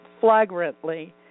flagrantly